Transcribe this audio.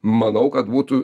manau kad būtų